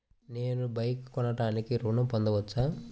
నేను బైక్ కొనటానికి ఋణం పొందవచ్చా?